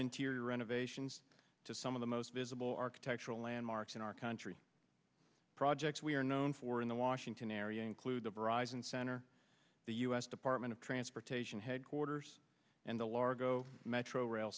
interior renovations to some of the most visible architectural landmarks in our country projects we are known for in the washington area include the verizon center the u s department of transportation headquarters and the largo metro rail